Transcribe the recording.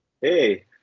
Hey